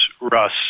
Russ